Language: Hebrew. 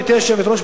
גברתי היושבת-ראש,